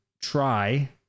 try